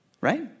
Right